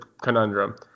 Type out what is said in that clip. conundrum